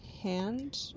hand